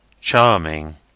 Charming